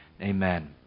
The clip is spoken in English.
Amen